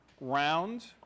round